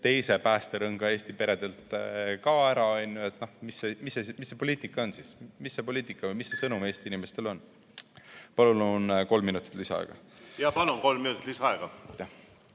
teise päästerõnga Eesti peredelt ka ära. Mis see poliitika on siis? Mis see poliitika või mis see sõnum Eesti inimestele on? Palun kolm minutit lisaaega! Palun! Kolm minutit lisaaega.